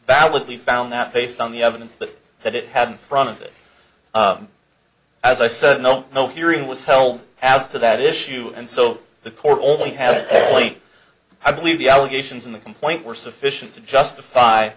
validly found that based on the evidence that that it had front of it as i said no no hearing was held as to that issue and so the court only have only i believe the allegations in the complaint were sufficient to justify